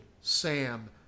Sam